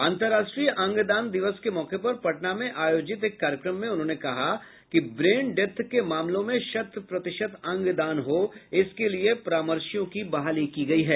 अंतर्राष्ट्रीय अंग दान दिवस के मौके पर पटना में आयोजित एक कार्यक्रम में उन्होंने कहा कि ब्रेन डेथ के मामलों में शत् प्रतिशत् अंगदान हो इसके लिए परामर्शियों की बहाली की गयी है